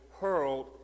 hurled